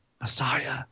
Messiah